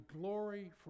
glory